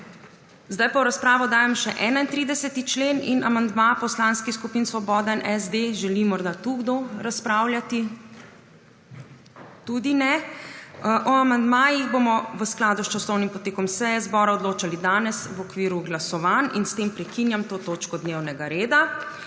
Zdaj pa v razpravo dajem še 31. člen in amandma Poslanskih skupin Svoboda in SD. Želi morda tu kdo razpravljati? (Ne.) Tudi ne. O amandmajih bomo v skladu s časovnim potekom seje zbora odločali danes v okviru glasovanj in s tem prekinjam to točko dnevnega reda.